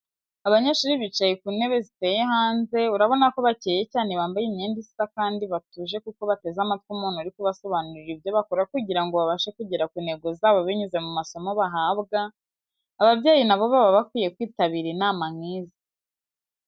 Abanyeshuri bicaye ku ntebe ziteye hanze, urabona ko bakeye cyane bambaye imyenda isa kandi batuje kuko bateze amatwi umuntu uri kubasobanurira ibyo bakora kugira ngo babashe kugera ku ntego zabo binyuze mu masomo bahabwa, ababyeyi nabo baba bakwiye kwitabira inama nk'izi.